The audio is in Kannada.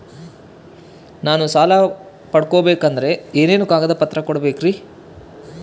ನಾನು ಸಾಲ ಪಡಕೋಬೇಕಂದರೆ ಏನೇನು ಕಾಗದ ಪತ್ರ ಕೋಡಬೇಕ್ರಿ?